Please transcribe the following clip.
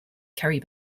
carrie